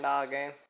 again